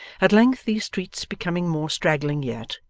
at length these streets becoming more straggling yet,